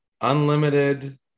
unlimited